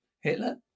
Hitler